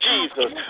Jesus